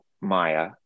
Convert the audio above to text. maya